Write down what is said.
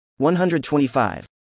125